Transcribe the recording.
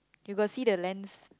you got see the lens